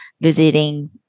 visiting